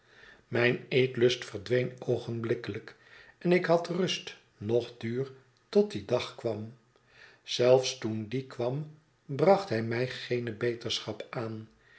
mijn eetlust verdween oogenblikkeltjk en ik had rust noch duur tot die dag kwam zelfs toen die kwam bracht hij mij geene beterschap aan